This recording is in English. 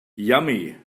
yummy